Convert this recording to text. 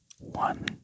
One